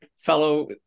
fellow